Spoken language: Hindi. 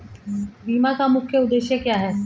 बीमा का मुख्य उद्देश्य क्या है?